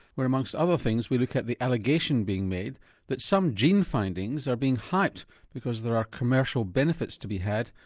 where, amongst other things we look at the allegation being made that some gene findings are being hyped because there are commercial benefits to be had,